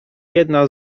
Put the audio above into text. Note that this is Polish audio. jedna